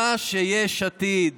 מה שיש עתיד